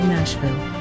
Nashville